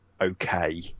okay